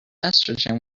estrogen